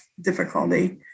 difficulty